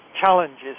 challenges